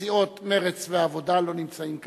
וסיעות מרצ והעבודה לא נמצאים כאן,